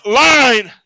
line